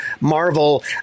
Marvel